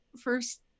first